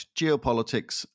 geopolitics